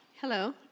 Hello